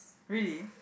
really